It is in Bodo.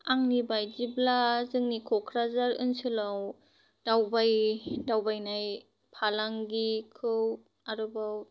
आंनिबायदिब्ला जोंनि क'क्राझार ओनसोलाव दावबाय दावबायनाय फालांगिखौ आरोबाव